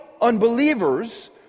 unbelievers